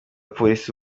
polisi